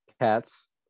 cats